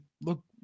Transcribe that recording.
look